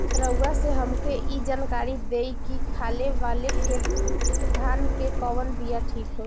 रउआ से हमके ई जानकारी देई की खाले वाले खेत धान के कवन बीया ठीक होई?